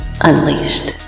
unleashed